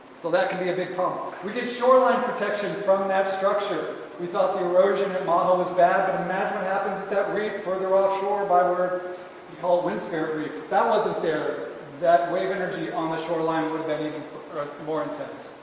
so that can be a big problem we get shoreline protection from an structure we thought the erosion and model was bad but imagine what happens at that reef further offshore by were called wind spirit reef that wasn't there that wave energy on the shoreline would have been even more intense.